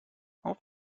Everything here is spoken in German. auf